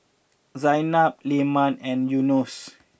Zaynab Leman and Yunos